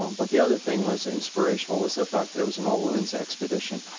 um but the other thing was inspirational was the fact that it was an all women's expedition.